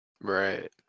Right